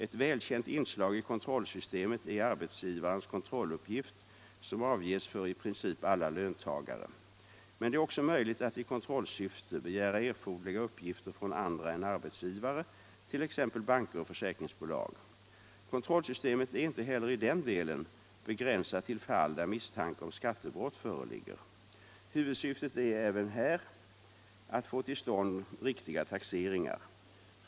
Ett välkänt inslag i kontrollsystemet är arbetsgivarens kontrolluppgift som avges för i princip alla löntagare. Men det är också möjligt att i kontrollsyfte begära erforderliga uppgifter från andra än ar = Nr 88 betsgivare, t.ex. banker och försäkringsbolag. Kontrollsystemet är inte Tisdagen den heller i den delen begränsat till fall där misstanke om skattebrott fö 23 mars 1976 religger. Huvudsyftet är även här att få till stånd riktiga taxeringar.